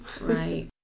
Right